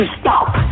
stop